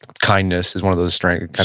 kindness is one of those strengths, and